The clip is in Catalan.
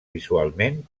visualment